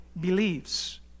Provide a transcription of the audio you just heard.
believes